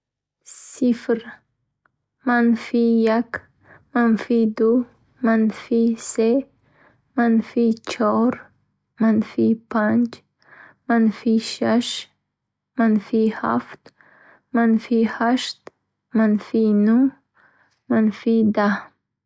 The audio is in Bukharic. Сифр, манфӣ як, манфӣ ду, манфӣ се, манфӣ чаҳор, манфӣ панҷ, манфӣ шаш, манфӣ ҳафт, манфӣ ҳашт, манфӣ нӯҳ, манфӣ даҳ.